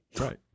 Right